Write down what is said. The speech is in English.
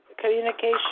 communication